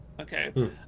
Okay